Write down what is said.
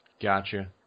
Gotcha